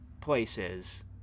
places